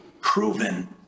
proven